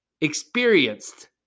experienced